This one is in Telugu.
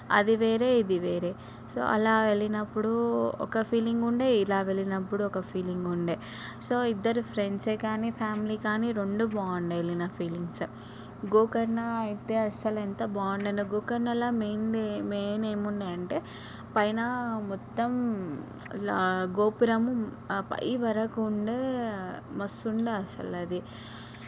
అది వేరే ఇది వేరే సో అలా వెళ్ళినప్పుడు ఒక ఫీలింగ్ ఉండే ఇలా వెళ్ళినప్పుడు ఒక ఫీలింగ్ ఉండే సో ఇద్దరూ ఫ్రెండ్సే కానీ ఫ్యామిలీ కానీ రెండు బాగున్నాయి వెళ్లిన ఫీలింగ్స్ గోకర్ణ అయితే అసలు ఎంత బాగుండెనో గోకర్ణల మెయిన్లీ మెయిన్ ఏమున్నాయి అంటే పైన మొత్తం ఇలా గోపురము ఆపై వరకు ఉండే మస్తు ఉండే అసలు అది